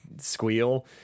squeal